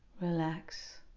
relax